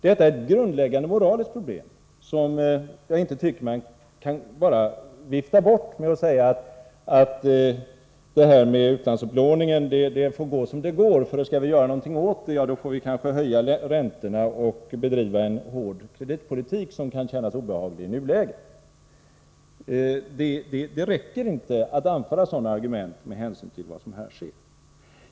Detta är ett grundläggande moraliskt problem som jag tycker att man inte bara kan vifta bort med att säga att det får gå som det går med utlandsupplåningen, och om man skall göra något åt den får man kanske höja räntorna och bedriva en hård kreditpolitik som kan kännas obehaglig i nuläget. Det räcker inte att anföra sådana argument med hänsyn till vad som här sker.